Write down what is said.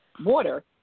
water